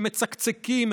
שמצקצקים,